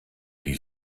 die